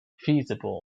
feasible